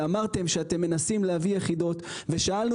אמרתם שאתם מנסים להביא יחידות ושאלנו